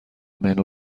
منو